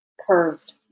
curved